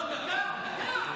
לא, דקה, דקה.